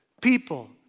People